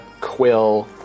Quill